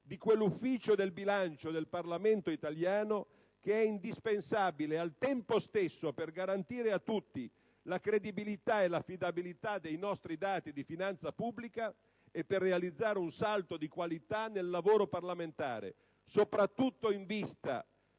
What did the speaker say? di quell'Ufficio del bilancio del Parlamento che è indispensabile per garantire a tutti la credibilità e l'affidabilità dei nostri dati di finanza pubblica e al tempo stesso per realizzare un salto di qualità nel lavoro parlamentare, soprattutto in vista